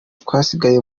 twasigaye